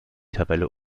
tabelle